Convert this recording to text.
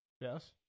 Yes